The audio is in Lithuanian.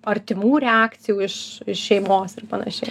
artimų reakcijų iš iš šeimos ir panašiai